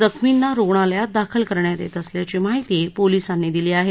जखर्मींना रुग्णालयात दाखल करण्यात येत असल्याची माहिती पोलिसांनी दिली आहे